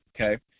okay